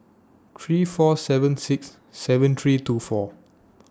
three four seven six seven three two four